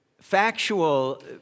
factual